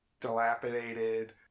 dilapidated